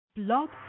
Blog